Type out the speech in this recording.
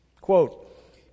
Quote